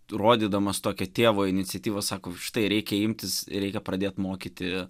rodydamas tokią tėvo iniciatyvą sako štai reikia imtis reikia pradėt mokyti